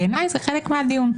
בעיניי זה חלק מהדיון.